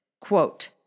Quote